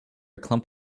clump